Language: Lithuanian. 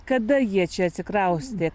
kada jie čia atsikraustė